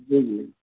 جی جی